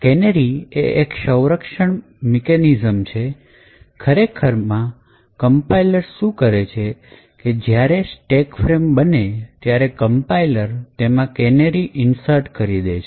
canary એક સૌરક્ષણ mechanism છે ખરેખરમાં કંપાઇલર શું કરે છે કે જ્યારે સ્ટેક ફ્રેમ બને ત્યારે કંપાઇલર તેમાં કેનેરી ઇન્સર્ટ કરે છે